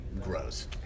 grows